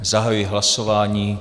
Zahajuji hlasování.